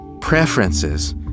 Preferences